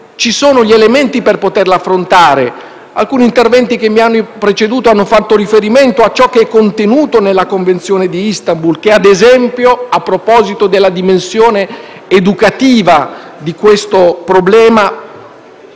ci sono gli elementi per poterlo fare. Alcuni interventi che mi hanno preceduto hanno fatto riferimento a ciò che è contenuto nella Convenzione di Istanbul; al fatto - ad esempio - che, a proposito della dimensione educativa del problema,